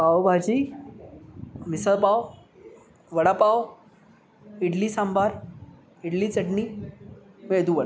pav bhaji misal pav vada pav idli sambar idli chutney medu vada